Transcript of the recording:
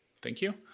thank you.